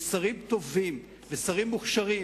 יש שרים טובים ושרים מוכשרים,